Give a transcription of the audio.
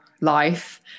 life